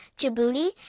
Djibouti